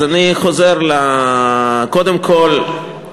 אז אני חוזר, קודם כול,